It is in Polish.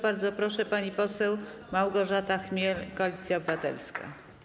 Bardzo proszę, pani poseł Małgorzata Chmiel, Koalicja Obywatelska.